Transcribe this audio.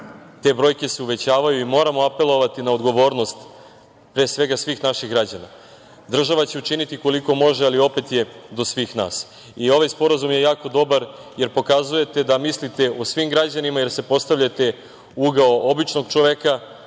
Te brojke se uvećavaju i moramo apelovati na odgovornost pre svega svih naših građana. Država će učiniti koliko može, ali opet je do svih nas. I ovaj sporazum je jako dobar, jer pokazujete da mislite o svim građanima, jer se postavljate u ugao običnog čoveka,